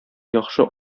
яхшы